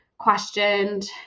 questioned